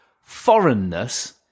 foreignness